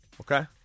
Okay